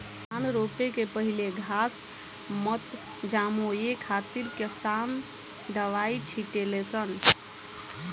धान रोपे के पहिले घास मत जामो ए खातिर किसान दवाई छिटे ले सन